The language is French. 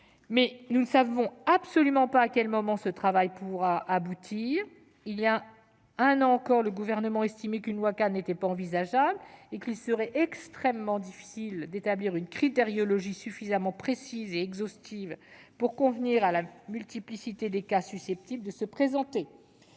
Nous ne savons absolument pas à quel moment ce travail pourra aboutir. Il y a un an encore, le Gouvernement estimait qu'une loi-cadre n'était pas envisageable et qu'il serait extrêmement difficile d'établir une critériologie suffisamment précise et exhaustive pour convenir à la multiplicité des cas susceptibles de se présenter.